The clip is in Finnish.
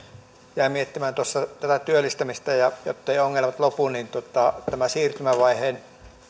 jäin miettimään tätä työllistämistä ja jotteivät ongelmat lopu niin tämä siirtymävaiheen